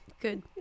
Good